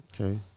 Okay